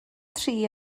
tri